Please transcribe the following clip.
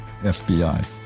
FBI